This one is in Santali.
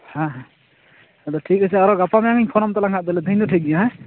ᱦᱮᱸ ᱦᱮᱸ ᱟᱫᱚ ᱴᱷᱤᱠ ᱟᱪᱷᱮ ᱟᱨᱚ ᱜᱟᱯᱟ ᱢᱮᱭᱟᱝᱤᱧ ᱯᱷᱳᱱᱟᱢ ᱛᱟᱞᱟᱝᱼᱟ ᱦᱟᱸᱜ ᱛᱤᱦᱤᱧ ᱫᱚ ᱴᱷᱤᱠ ᱜᱮᱭᱟ ᱦᱮᱸ